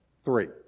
three